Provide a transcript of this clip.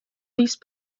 these